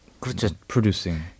producing